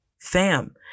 Fam